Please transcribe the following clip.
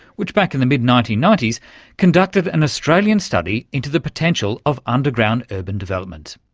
which back in the mid nineteen ninety s conducted an australian study into the potential of underground urban development.